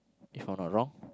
if I'm not wrong